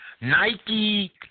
Nike